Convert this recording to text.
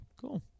Cool